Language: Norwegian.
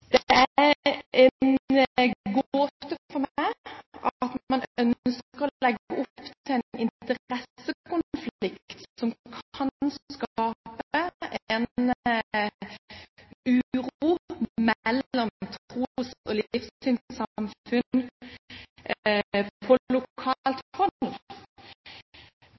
Det er en gåte for meg at man ønsker å legge opp til en interessekonflikt som kan skape en uro mellom tros- og livssynssamfunn på